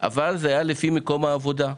אבל זה היה לפי מקום העבודה.